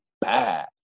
bad